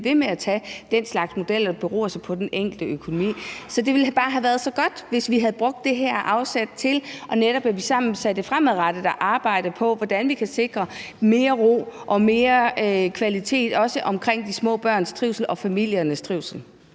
ved med at lave den slags modeller, der beror på den enkeltes økonomi. Så det ville bare have været så godt, hvis vi havde brugt det her afsæt til, at vi sammen fremadrettet arbejdede på, hvordan vi kunne sikre mere ro og mere kvalitet, også i forhold til de små børns trivsel og familiernes trivsel.